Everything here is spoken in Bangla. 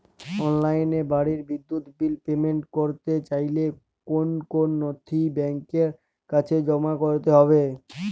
অনলাইনে বাড়ির বিদ্যুৎ বিল পেমেন্ট করতে চাইলে কোন কোন নথি ব্যাংকের কাছে জমা করতে হবে?